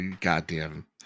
Goddamn